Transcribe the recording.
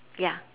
ya